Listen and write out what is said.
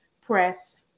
press